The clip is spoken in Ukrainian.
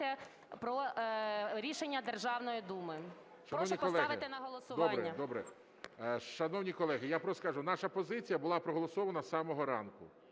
про рішення Державної Думи. Прошу поставити на голосування. ГОЛОВУЮЧИЙ. Добре. Шановні колеги, я просто скажу, наша позиція була проголосована з самого ранку,